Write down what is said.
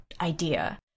idea